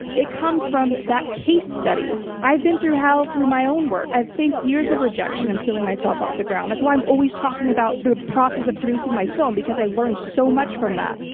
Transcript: it comes from that case study. i've been through how through my own work. i've faced years of rejection and peeling myself off the ground. that's why i'm always talking about the process of producing my film because i learned so much from that,